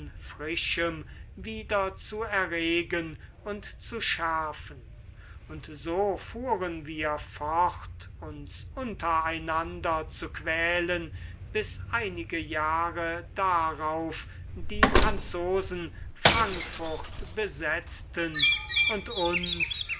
frischem wieder zu erregen und zu schärfen und so fuhren wir fort uns unter einander zu quälen bis einige jahre darauf die franzosen frankfurt besetzten und uns